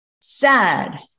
sad